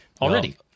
Already